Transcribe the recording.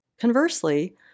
Conversely